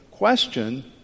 question